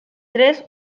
tres